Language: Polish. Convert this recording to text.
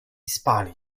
spali